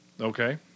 Okay